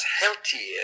healthy